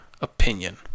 opinion